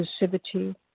inclusivity